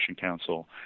Council